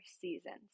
seasons